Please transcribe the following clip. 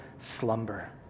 slumber